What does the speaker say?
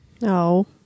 No